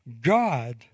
God